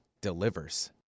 delivers